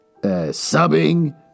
Subbing